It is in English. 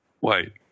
wait